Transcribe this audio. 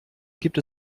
gibt